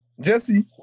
Jesse